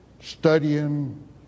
studying